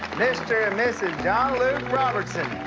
mr. and mrs. john luke robertson!